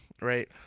Right